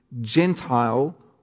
Gentile